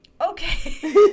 okay